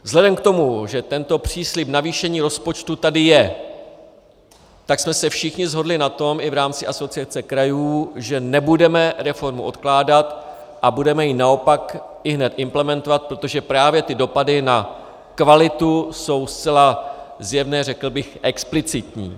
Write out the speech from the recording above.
Vzhledem k tomu, že tento příslib navýšení rozpočtu tady je, tak jsme se všichni shodli na tom i v rámci Asociace krajů, že nebudeme reformu odkládat a budeme ji naopak ihned implementovat, protože právě ty dopady na kvalitu jsou zcela zjevné, řekl bych explicitní.